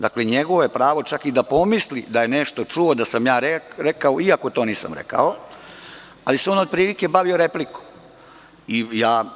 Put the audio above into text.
Dakle, njegovo je pravo čak i da pomisli da je nešto čuo da sam ja rekao, iako to nisam rekao, ali se on otprilike bavio replikom.